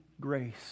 grace